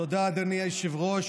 אדוני היושב-ראש,